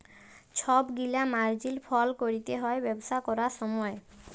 ছব গিলা মার্জিল ফল ক্যরতে হ্যয় ব্যবসা ক্যরার সময়